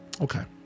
Okay